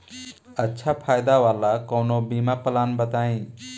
अच्छा फायदा वाला कवनो बीमा पलान बताईं?